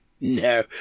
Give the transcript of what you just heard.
No